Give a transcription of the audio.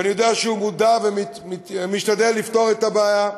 שאני יודע שהוא מודע ומשתדל לפתור את הבעיה,